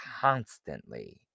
constantly